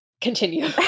Continue